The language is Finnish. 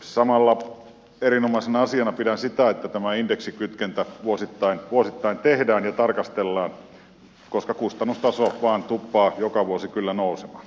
samalla erinomaisena asiana pidän sitä että tämä indeksikytkentä vuosittain tehdään ja tarkastellaan koska kustannustaso vain tuppaa joka vuosi kyllä nousemaan